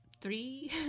three